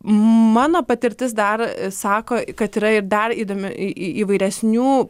mano patirtis dar sako kad yra ir dar įdome į į įvairesnių